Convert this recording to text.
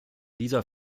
dieser